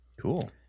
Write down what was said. Cool